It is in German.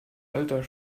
alter